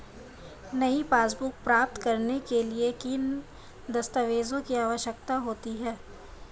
नई पासबुक प्राप्त करने के लिए किन दस्तावेज़ों की आवश्यकता होती है?